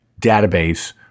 database